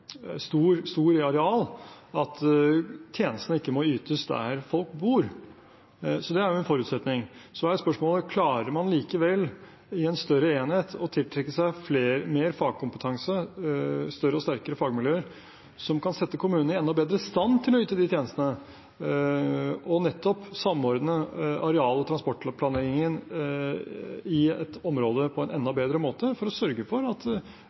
en forutsetning. Så er spørsmålet: Klarer man likevel i en større enhet å tiltrekke seg mer fagkompetanse, større og sterkere fagmiljøer som kan sette kommunene enda bedre i stand til å yte tjenestene og nettopp samordne areal- og transportplanleggingen i et område på en enda bedre måte, for å sørge for at